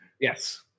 Yes